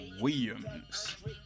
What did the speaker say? Williams